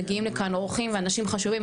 מגיעים לכאן אורחים ואנשים חשובים,